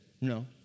no